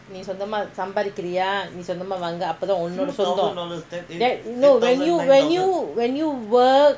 நீசொந்தமாசம்பாரிக்கரியாநீசொந்தமாவாங்குஅப்பதாஉனக்குசொந்தம்:nee sonthama sambaarikkaryaa nee sonthamaa vaanku appathaa unaku sontham when you when you when you work